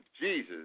Jesus